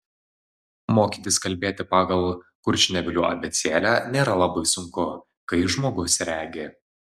mokytis kalbėti pagal kurčnebylių abėcėlę nėra labai sunku kai žmogus regi